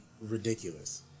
ridiculous